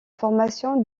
formation